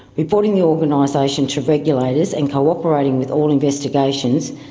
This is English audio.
reporting the organisation to regulators, and cooperating with all investigations,